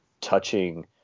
touching